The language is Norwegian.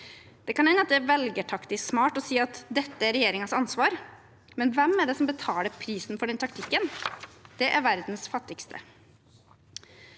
Det kan hende det er velgertaktisk smart å si at dette er regjeringens ansvar, men hvem er det som betaler prisen for den taktikken? Det er verdens fattigste.